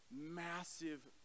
massive